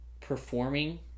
performing